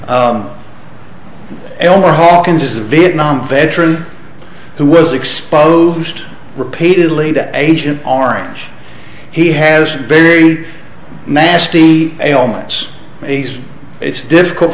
c elmer hawkins is a vietnam veteran who was exposed repeatedly to agent orange he has very nasty ailments he's it's difficult